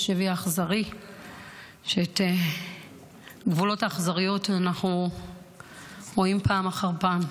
בשבי האכזרי שאת גבולות האכזריות אנחנו רואים פעם אחר פעם.